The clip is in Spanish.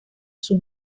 sus